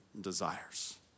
desires